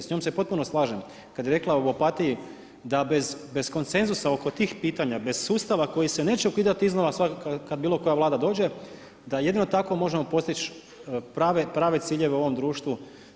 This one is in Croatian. S njom se potpuno slažem kad je rekla u Opatiji da bez konsenzusa oko tih pitanja, bez sustava koji se neće ukidati iznova kad bilo koja Vlada dođe, da jedino tako možemo postići prave ciljeve u ovom društvu.